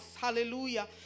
hallelujah